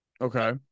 Okay